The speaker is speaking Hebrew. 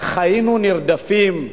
חיינו נרדפים,